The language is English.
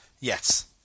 Yes